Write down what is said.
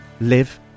live